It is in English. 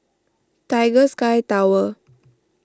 Tiger Sky Tower